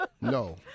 No